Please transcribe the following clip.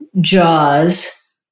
Jaws